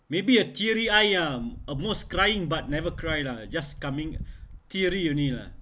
maybe a theory I am almost crying but never cry lah just coming theory only lah